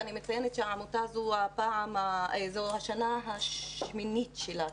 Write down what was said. ואני מציינת שהעמותה הזו זו השנה השמינית שלה,